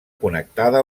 connectada